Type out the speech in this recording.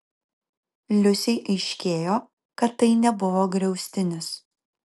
liusei aiškėjo kad tai nebuvo griaustinis